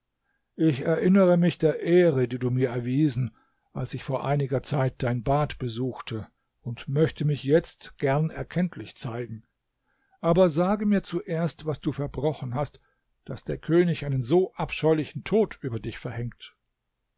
ich erinnere mich der ehre die du mir erwiesen als ich vor einiger zeit dein bad besuchte und möchte mich jetzt gern erkenntlich zeigen aber sage mir zuerst was du verbrochen hast daß der könig einen so abscheulichen tod über dich verhängt